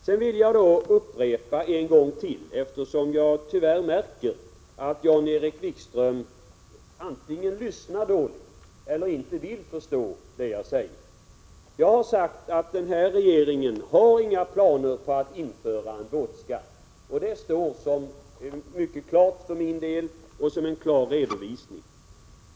Sedan vill jag upprepa, eftersom jag märker att Jan-Erik Wikström antingen lyssnar dåligt eller inte vill förstå vad jag säger, att den här regeringen inte har några planer på att införa en båtskatt. Det är en mycket klar redovisning.